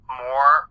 more